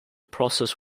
process